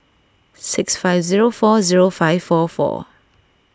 six five zero four zero five four four